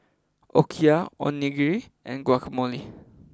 Okayu Onigiri and Guacamole